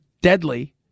deadly